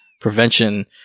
prevention